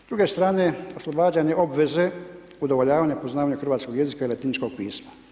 S druge strane, oslobađanje obveze, udovoljavanje poznavanja hrvatskog jezika i latiničkog pisma.